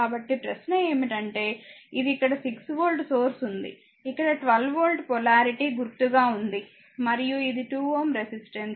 కాబట్టి ప్రశ్న ఏమిటంటే ఇది ఇక్కడ 6 వోల్ట్ సోర్స్ ఉంది ఇక్కడ 12 వోల్ట్ పొలారిటీ గుర్తుగా ఉంది మరియు ఇది 2Ω రెసిస్టెన్స్